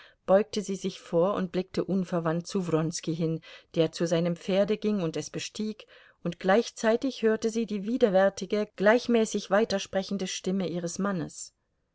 beugte sie sich vor und blickte unverwandt zu wronski hin der zu seinem pferde ging und es bestieg und gleichzeitig hörte sie die widerwärtige gleichmäßig weitersprechende stimme ihres mannes